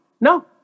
No